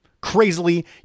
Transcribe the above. crazily